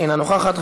אינה נוכחת,